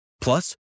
Plus